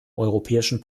europäischen